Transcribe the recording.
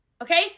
Okay